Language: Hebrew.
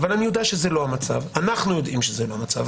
אבל אני יודע שזה לא המצב אנחנו יודעים שזה לא המצב,